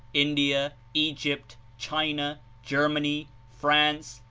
india, egypt, china, germany, france,